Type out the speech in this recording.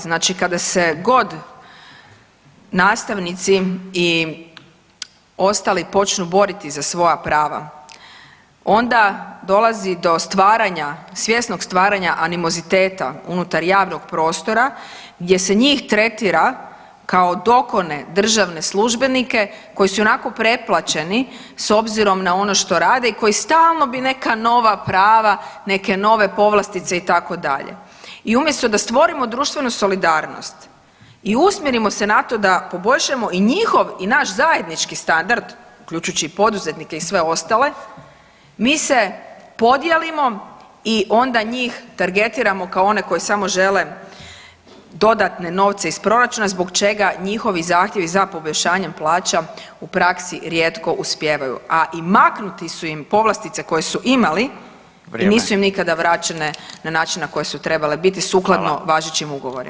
Znači kada se god nastavnici i ostali počnu boriti za svoja prava onda dolazi do stvaranja, svjesnog stvaranja animoziteta unutar javnog prostora gdje se njih tretira kao dokone državne službenike koji su ionako preplaćeni s obzirom na ono što rade i koji stalno bi neka nova prava i neke nove povlastice itd. i umjesto da stvorimo društvenu solidarnost i usmjerimo se na to da poboljšamo i njihov i naš zajednički standard uključujući i poduzetnike i sve ostale mi se podijelimo i onda njih targetiramo kao one koji samo žele dodatne novce iz proračuna zbog čega njihovi zahtjevi za poboljšanjem plaća u praksi rijetko uspijevaju, a i maknute su im povlastice koje su imali i nisu im nikada vraćene na način na koje su trebale biti sukladno važećim ugovorima.